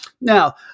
Now